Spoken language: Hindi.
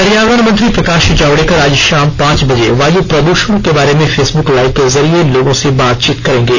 पर्यावरण मंत्री प्रकाश जावडेकर आज शाम पांच बजे वाय प्रद्षण के बारे में फेसबुक लाइव के जुरिए लोगों से बातचीत करेंगे